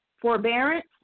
forbearance